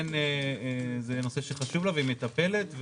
שזה נושא שחשוב לה והיא מטפלת,